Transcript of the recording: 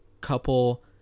couple